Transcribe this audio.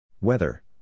Weather